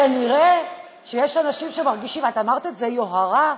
כנראה יש אנשים שמרגישים, את אמרת את זה, יוהרה,